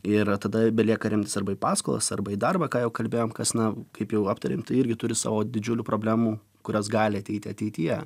ir tada belieka remtis arba į paskolos arba į darbą ką jau kalbėjom kas na kaip jau aptarėm tai irgi turi savo didžiulių problemų kurios gali ateiti ateityje